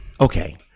Okay